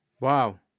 Wow